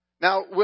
Now